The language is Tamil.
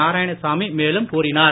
நாராயணசாமி மேலும் கூறினார்